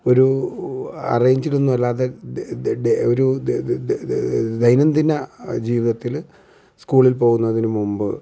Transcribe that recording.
ഒരു അറേഞ്ച്ഡൊന്നുമല്ലാതെ ഒരു ദൈനംദിന ജീവിതത്തിൽ സ്കൂളിൽ പോകുന്നതിനു മുമ്പ്